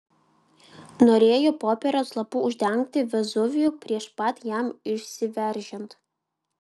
norėjo popieriaus lapu uždengti vezuvijų prieš pat jam išsiveržiant